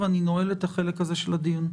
ואני נועל את החלק הזה של הדיון.